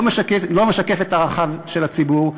לא משקף את ערכיו של הציבור.